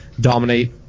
dominate